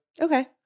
Okay